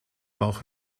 bauch